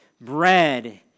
bread